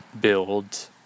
build